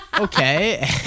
Okay